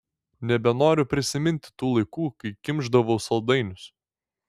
nebenoriu prisiminti tų laikų kai kimšdavau saldainius